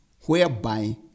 whereby